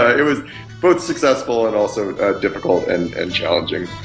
ah it was both successful and also difficult and and challenging.